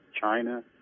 China